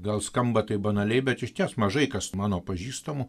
gal skamba taip banaliai bet išties mažai kas mano pažįstamų